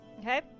Okay